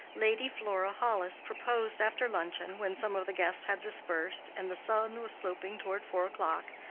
lady flora hollis proposed after luncheon, when some of the guests had dispersed, and the sun was sloping toward four o'clock,